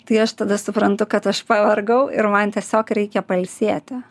tai aš tada suprantu kad aš pavargau ir man tiesiog reikia pailsėti